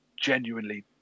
genuinely